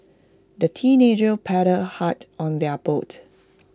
the teenagers paddled hard on their boat